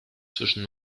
zwischen